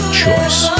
choice